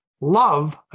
love